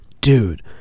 Dude